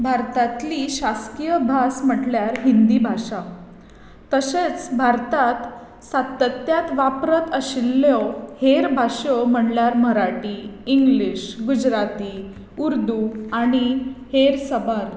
भारतांतली शासकीय भास म्हणल्यार हिंदी भाशा तशेंच भारतांत सातत्यात वापरत आशिल्ल्यो हेर भासो म्हणल्यार मराठी इंग्लीश गुजराती उर्दू आनी हेर साबार